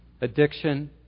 addiction